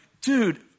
dude